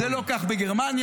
זה לא כך בגרמניה,